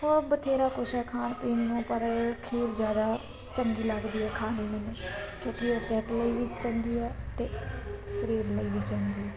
ਹੋਰ ਬਥੇਰਾ ਕੁਛ ਹੈ ਖਾਣ ਪੀਣ ਨੂੰ ਪਰ ਖੀਰ ਜ਼ਿਆਦਾ ਚੰਗੀ ਲੱਗਦੀ ਹੈ ਖਾਣ ਨੂੰ ਮੈਨੂੰ ਕਿਉਂਕਿ ਇਹ ਸਿਹਤ ਲਈ ਵੀ ਚੰਗੀ ਹੈ ਅਤੇ ਸਰੀਰ ਲਈ ਵੀ ਚੰਗੀ